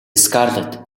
скарлетт